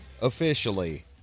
officially